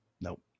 Nope